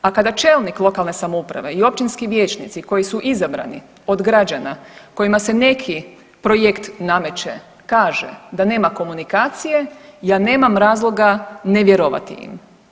A kada čelnik lokalne samouprave i općinski vijećnici koji su izabrani od građana kojima se neki projekt nameće kaže da nema komunikacije, ja nemam razloga ne vjerovati im.